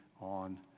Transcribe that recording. on